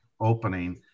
opening